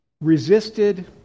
resisted